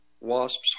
wasps